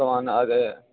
भवान् आदे